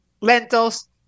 lentils